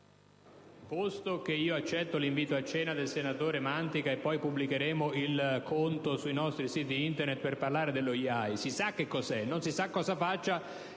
posto che accetto l'invito a cena del sottosegretario Mantica, e poi pubblicheremo il conto sui nostri siti Internet, per parlare dello IAI, si sa che cos'è ma non si sa cosa faccia